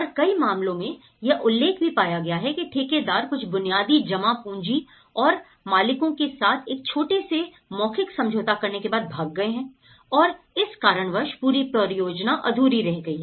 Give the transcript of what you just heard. और कई मामलों में यह उल्लेख भी पाया गया है कि ठेकेदार कुछ बुनियादी जमा पूंजी और मालिकों के साथ एक छोटे से मौखिक समझौता करने के बाद भाग गए हैं और इस कारणवश पूरी परियोजना अधूरी रह गई